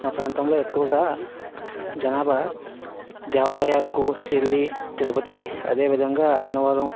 మా ప్రాంతంలో ఎక్కువగా జనాభా దేవాలయాలకు షిరిడీ తిరుపతి అదే విధంగా అన్నవరం